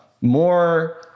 more